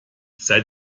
sein